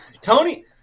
Tony